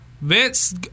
Vince